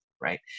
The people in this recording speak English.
right